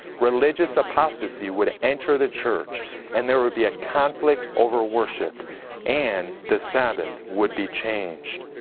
religious apostasy would enter the church and there would be a conflict over worship and the sabbath would be changed.